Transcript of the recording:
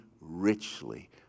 richly